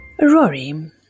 Rory